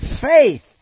faith